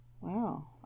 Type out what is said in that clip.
Wow